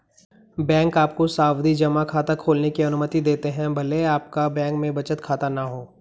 bank आपको सावधि जमा खाता खोलने की अनुमति देते हैं भले आपका बैंक में बचत खाता न हो